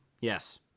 Yes